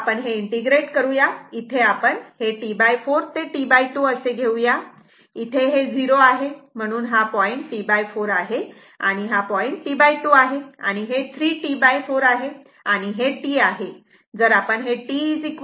तेव्हा आपण हे इंटिग्रेट करूया इथे आपण हे T4 ते T2 असे घेऊया इथे हे 0 आहे म्हणून हा पॉईंट T4 आहे आणि हा पॉईंट T2 आहे आणि हे 3 T4 आहे आणि हे T आहे